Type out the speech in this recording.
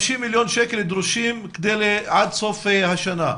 50 מיליון שקל דרושים עד סוף השנה?